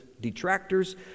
detractors